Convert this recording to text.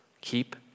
Keep